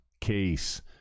case